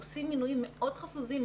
אנחנו עושים מינויים מאוד חפוזים,